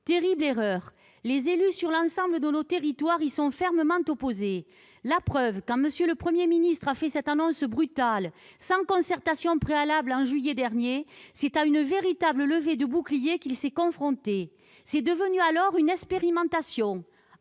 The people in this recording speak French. Terrible erreur ! Les élus sur l'ensemble de nos territoires y sont fermement opposés. La preuve : quand M. le Premier ministre a fait cette annonce brutale, sans concertation préalable, en juillet dernier, c'est à une véritable levée de boucliers qu'il s'est confronté. C'est devenu alors une expérimentation,